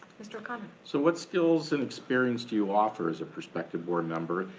mr. o'connor. so what skills and experience do you offer as a prospective board member,